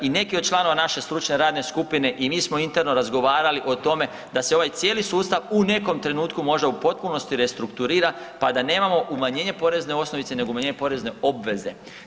I neki od članova naše stručne radne skupine i mi smo interno razgovarali o tome da se ovaj cijeli sustav u nekom trenutku možda u potpunosti restrukturira pa da nemamo umanjenje porezne osnovice nego umanjenje porezne obveze.